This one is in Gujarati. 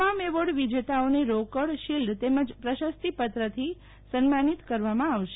તમામ એવોર્ડ વિજેતાઓને રોકડ શિલ્ડ તેમજ પ્રશસ્તિપત્રથી કરવામાં આવશે